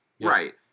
Right